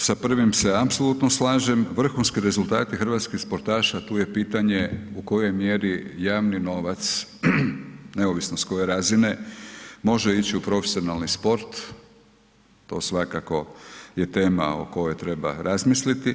Sa prvim se apsolutno slažem, vrhunski rezultati hrvatskih sportaša tu je pitanje u kojoj mjeri javni novac, neovisno s koje razine može ići u profesionalni sport, to svakako je tema o kojoj treba razmisliti.